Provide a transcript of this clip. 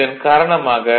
இதன் காரணமாக ஒரு ஈ